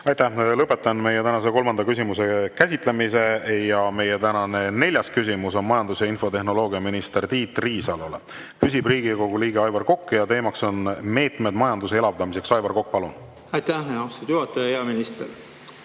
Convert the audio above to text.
Aitäh! Lõpetan meie tänase kolmanda küsimuse käsitlemise. Meie tänane neljas küsimus on majandus- ja infotehnoloogiaminister Tiit Riisalole. Küsib Riigikogu liige Aivar Kokk ja teemaks on meetmed majanduse elavdamiseks. Aivar Kokk, palun! Meie tänane neljas